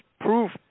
proof